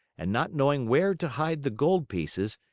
and, not knowing where to hide the gold pieces,